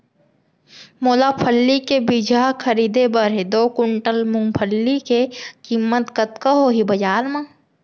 मोला फल्ली के बीजहा खरीदे बर हे दो कुंटल मूंगफली के किम्मत कतका होही बजार म?